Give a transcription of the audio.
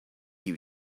you